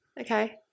Okay